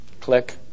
click